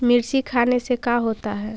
मिर्ची खाने से का होता है?